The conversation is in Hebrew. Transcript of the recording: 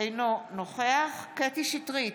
אינו נוכח קטי קטרין שטרית,